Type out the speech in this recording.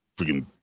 Freaking